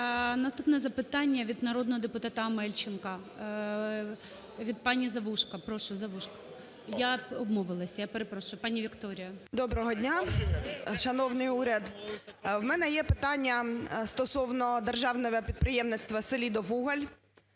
Наступне запитання від народного депутатаАмельченка. Від пані Заружко. Прошу, Заружко. Я обмовилась, я перепрошую. Пані Вікторія. 11:07:39 ЗАРУЖКО В.Л. Доброго дня, шановний уряд. В мене є питання стосовно Державного підприємництва "Селидовуголь".